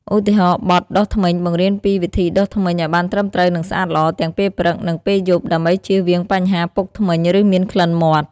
ឧទាហរណ៍បទ "ដុសធ្មេញ" បង្រៀនពីវិធីដុសធ្មេញឲ្យបានត្រឹមត្រូវនិងស្អាតល្អ ទាំងពេលព្រឹក និងពេលយប់ ដើម្បីជៀសវាងបញ្ហាពុកធ្មេញ ឬមានក្លិនមាត់។